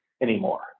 anymore